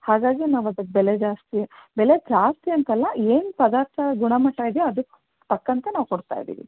ಹಾಗಾಗಿ ನಾವು ಅದಕ್ಕೆ ಬೆಲೆ ಜಾಸ್ತಿ ಬೆಲೆ ಜಾಸ್ತಿ ಅಂತಲ್ಲ ಏನು ಪದಾರ್ಥ ಗುಣಮಟ್ಟ ಇದೆಯೋ ಅದಕ್ಕೆ ತಕ್ಕಂತೆ ನಾವು ಕೊಡ್ತಾ ಇದ್ದೀವಿ